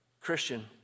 Christian